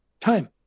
time